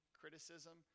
criticism